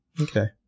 Okay